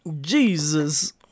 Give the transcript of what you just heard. Jesus